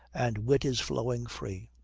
and wit is flowing free.